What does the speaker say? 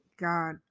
god